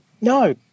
no